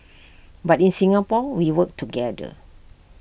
but in Singapore we work together